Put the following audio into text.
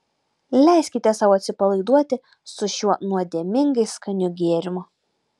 leiskite sau atsipalaiduoti su šiuo nuodėmingai skaniu gėrimu